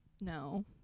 No